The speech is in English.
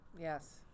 Yes